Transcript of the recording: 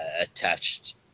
attached